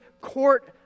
court